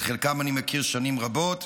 את חלקם אני מכיר שנים רבות,